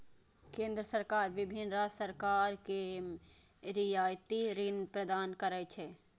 केंद्र सरकार विभिन्न राज्य सरकार कें रियायती ऋण प्रदान करै छै